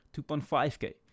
2.5k